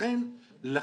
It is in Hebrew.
לכן,